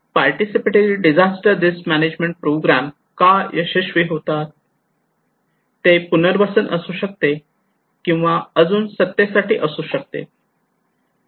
participatory disaster risk management program का अयशस्वी होतात ते पुनर्वसन असू शकते किंवा अजुन सज्जतेसाठी असू शकते